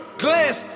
glass